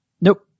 Nope